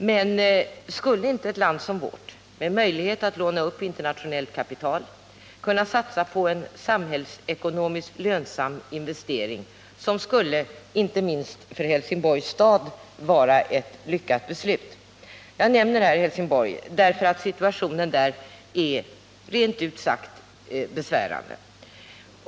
Men skulle inte ett land som vårt, med möjlighet att låna upp internationellt kapital, kunna satsa på en samhällsekonomiskt lönsam investering som skulle — inte minst för Helsingborgs stad — vara ett lyckat beslut? Jag nämner Helsingborg därför att situationen där är rent ut sagt besvärande.